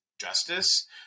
justice